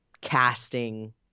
casting